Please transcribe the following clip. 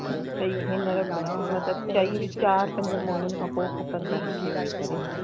भाई हीअंर मतिलबु चई वीचार पंज महिननि खां पोइ खपंदा मूंखे वेही करे